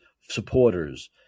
supporters